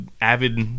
avid